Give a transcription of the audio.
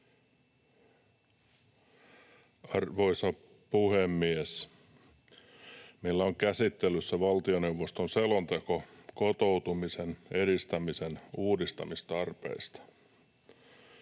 Arvoisa puhemies! Meillä on käsittelyssä valtioneuvoston selonteko kotoutumisen edistämisen uudistamistarpeista.